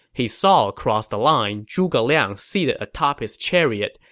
he saw across the line zhuge liang seated atop his chariot,